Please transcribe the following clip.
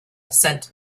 sent